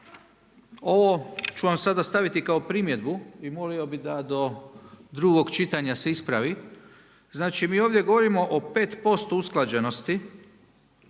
ovo ću vam sad staviti kao primjedbu i molio bih da do drugog čitanja se ispravi. Znači, mi ovdje govorimo o 5% usklađenosti